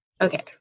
Okay